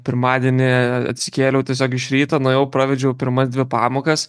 pirmadienį atsikėliau tiesiog iš ryto nuėjau pravedžiau pirmas dvi pamokas